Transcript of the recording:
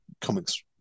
comics